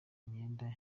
imyenda